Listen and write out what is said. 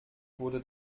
wurde